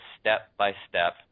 step-by-step